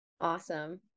Awesome